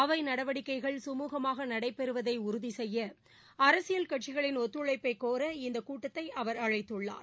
அவை நடவடிக்கைகள் சுமூகமாக நடைபெறுவதை உறுதி செய்ய அரசியல் கட்சிகளின் ஒத்துழைப்பை கோர இந்த கூட்டத்தை அவர் அழைத்துள்ளார்